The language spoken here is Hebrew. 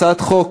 הצעת חוק